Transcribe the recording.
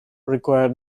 require